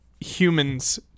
humans